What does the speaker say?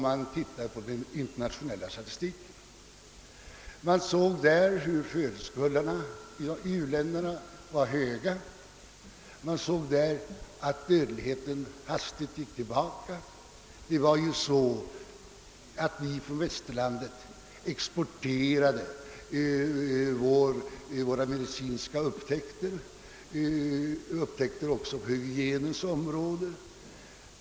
Det visade den internationella statistiken. Man såg att födelsetalen i u-länderna höll sig höga och att dödligheten hastigt gick tillbaka. Vi exporterade från västerlandet våra medicinska upptäckter och våra upptäckter på hygienens område.